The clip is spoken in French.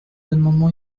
amendements